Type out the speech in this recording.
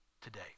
today